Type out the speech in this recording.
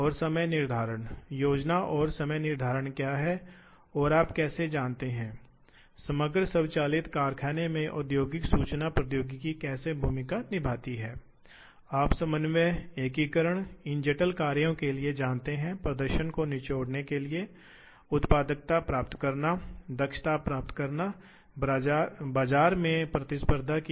तो अनिवार्य रूप से यह धातु निकालना है जिसका अर्थ है कि वे वास्तव में यह एक उपकरण द्वारा निकाल रहा है जो बहुत कठोर धातु की चीजों से बना है जैसे कि आप कार्बाइड हीरा वगैरह जानते हैं इसलिए अनिवार्य रूप से हमें इसके खिलाफ सापेक्ष गति का उत्पादन करना होगा नौकरी और उपकरण का